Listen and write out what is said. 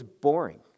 boring